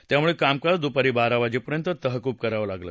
त्यामुळे कामकाज दुपारी बारा वाजेपर्यंत तहकूब कराव लागलं